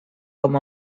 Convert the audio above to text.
com